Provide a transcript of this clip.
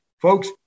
Folks